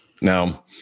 Now